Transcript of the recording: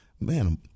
man